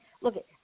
Look